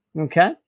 Okay